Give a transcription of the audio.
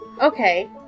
Okay